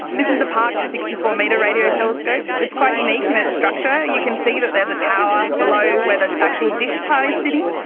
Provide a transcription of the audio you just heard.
this is the parkes sixty four metre radio telescope. it's quite unique in its structure, you can see there is a tower below where the actual dish part is sitting.